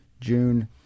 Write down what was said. June